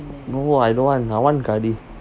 no I don't want I want gaadi